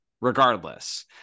regardless